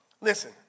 Listen